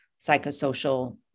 psychosocial